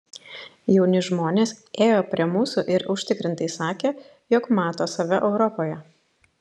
jauni žmonės ėjo prie mūsų ir užtikrintai sakė jog mato save europoje